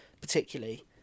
particularly